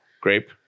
Grape